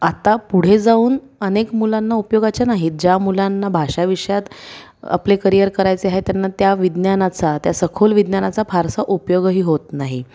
आता पुढे जाऊन अनेक मुलांना उपयोगाच्या नाहीत ज्या मुलांना भाषाविषयात आपले करियर करायचे आहे त्यांना त्या विज्ञानाचा त्या सखोल विज्ञानाचा फारसा उपयोगही होत नाही